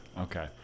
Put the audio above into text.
Okay